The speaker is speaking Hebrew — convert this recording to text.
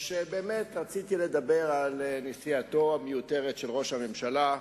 שבאמת רציתי לדבר על נסיעתו המיותרת של ראש הממשלה,